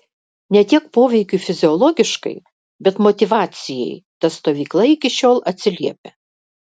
ne tiek poveikiui fiziologiškai bet motyvacijai ta stovykla iki šiol atsiliepia